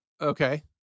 Okay